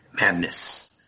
madness